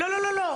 לא, לא.